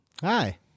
Hi